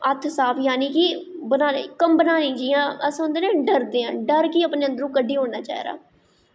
हत्थ साफ जानि कि जि'यां कि अस डरदे आं डर गी अपने अंदर दा कड्ढी ओड़ना चाहिदा